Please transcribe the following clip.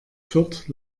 fürth